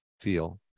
feel